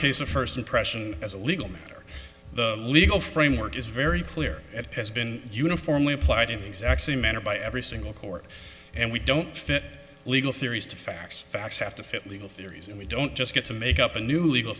case of first impression as a legal matter the legal framework is very clear that has been uniformly applied in these actually matter by every single court and we don't fit legal theories to facts facts have to fit legal theories and we don't just get to make up a new legal